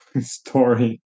story